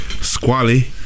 Squally